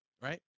right